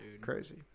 Crazy